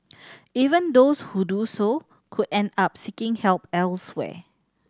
even those who do so could end up seeking help elsewhere